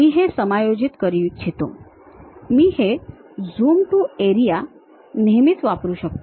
मी हे समायोजित करू इच्छितो मी हे झूम टू एरिया नेहमीच वापरू शकतो